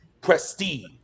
Prestige